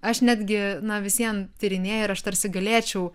aš netgi na vis vien tyrinėju ir aš tarsi galėčiau